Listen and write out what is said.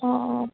অঁ অঁ